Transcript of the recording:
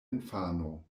infano